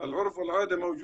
וכן בחברה הבדואית,